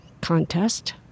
contest